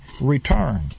return